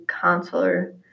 counselor